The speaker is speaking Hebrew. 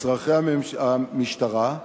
לצורכי המשטרה,